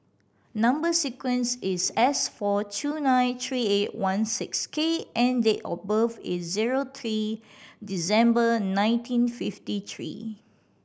number sequence is S four two nine three eight one six K and date of birth is zero three December nineteen fifty three